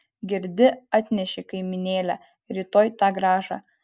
girdi atneši kaimynėle rytoj tą grąžą